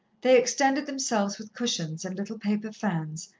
they extended themselves with cushions and little paper fans,